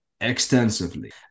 extensively